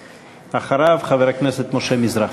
אחריו, חבר הכנסת משה מזרחי.